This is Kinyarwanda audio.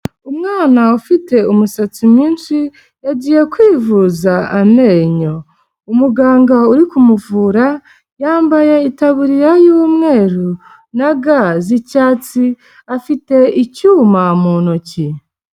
Umwana ufite umusatsi mwinshi yagiye kwivuza amenyo, umuganga uri kumuvura yambaye itaburiya y'umweru na ga z'icyatsi, afite icyuma mu ntoki.